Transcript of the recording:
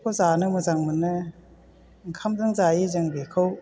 बेफोरखौ जानो मोजां मोनो ओंखामजों जायो जों बेखौ